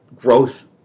growth